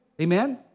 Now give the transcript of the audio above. Amen